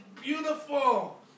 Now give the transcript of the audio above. beautiful